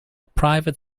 private